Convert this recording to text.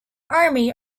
army